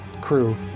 crew